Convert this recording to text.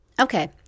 Okay